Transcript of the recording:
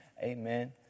amen